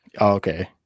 Okay